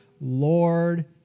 Lord